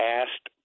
asked